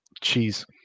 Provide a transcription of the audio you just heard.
cheese